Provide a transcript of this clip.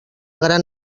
gran